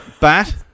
Bat